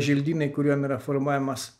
želdynai kuriuom yra formuojamas